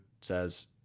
says